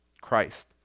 christ